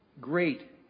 great